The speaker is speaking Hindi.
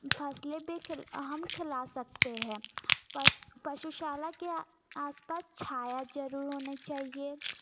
फसलें भी खिल हम खिला सकते हैं पशुशाला के आसपास छाया जरूर होना चाहिए